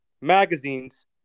magazines